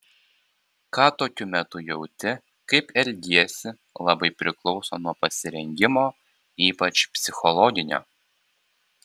ką tokiu metu jauti kaip elgiesi labai priklauso nuo pasirengimo ypač psichologinio